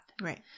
Right